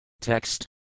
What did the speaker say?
Text